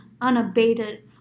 unabated